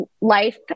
life